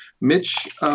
Mitch